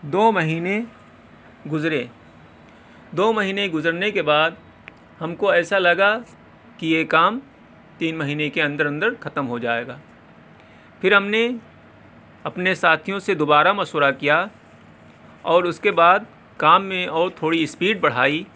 دو مہینے گزرے دو مہینے گزرنے کے بعد ہم کو ایسا لگا کہ یہ کام تین مہینے کے اندر اندر ختم ہو جائےگا پھر ہم نے اپنے ساتھیوں سے دوبارہ مشورہ کیا اور اس کے بعد کام میں اور تھوڑی اسپیڈ بڑھائی